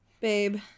babe